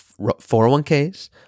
401ks